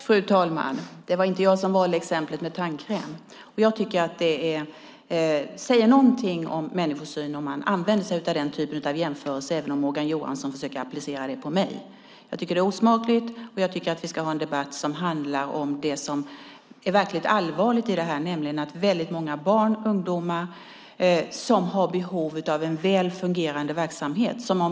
Fru talman! Det var inte jag som valde exemplet med tandkräm. Det säger något om vilken människosyn man har om man använder den typen av jämförelse, även om Morgan Johansson försöker applicera det på mig. Jag tycker att det är osmakligt, och jag tycker att vi ska ha en debatt som handlar om det som är verkligt allvarligt i detta, nämligen om många barn och ungdomar som har behov av en väl fungerande verksamhet.